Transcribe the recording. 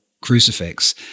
crucifix